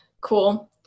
Cool